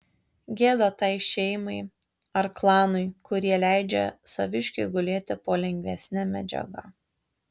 gėda tai šeimai ar klanui kurie leidžia saviškiui gulėti po lengvesne medžiaga